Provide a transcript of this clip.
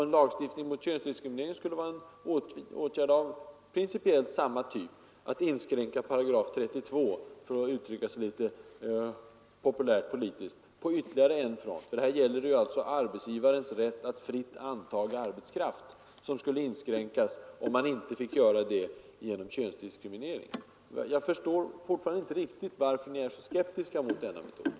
En lagstiftning mot könsdiskriminering skulle vara en åtgärd av principiellt samma typ. Det skulle vara att inskränka § 32 — för att uttrycka sig litet populärt politiskt — på ytterligare en front. För här gäller det arbetsgivarens rätt att fritt antaga arbetskraft, och den rätten skulle inskränkas om man inte fick tillämpa könsdiskriminering. Jag förstår fortfarande inte varför ni inte vill pröva också den metoden.